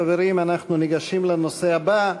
חברים, אנחנו ניגשים לנושא הבא.